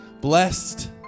Blessed